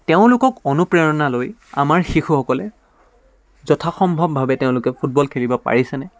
তেওঁলোকক অনুপ্ৰেৰণা লৈ আমাৰ শিশুসকলে যথাসম্ভৱভাৱে তেওঁলোকে ফুটবল খেলিব পাৰিছেনে